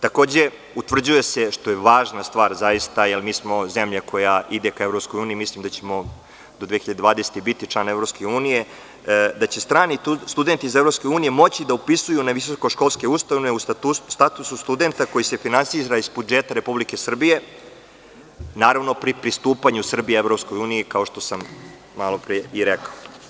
Takođe, utvrđuje se, što je važna stvar, jer mi smo zemlja koja ide ka EU i mislim da ćemo do 2020. godine biti član EU, da će strani studenti iz EU moći da se upisuju na visokoškolske ustanove u statusu studenta koji se finansira iz budžeta Republike Srbije, naravno, pri pristupanju Srbije EU, kao što sam malopre rekao.